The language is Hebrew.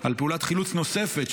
על פעולת חילוץ נוספת,